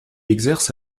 exerce